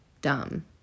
dumb